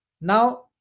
Now